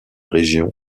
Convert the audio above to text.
région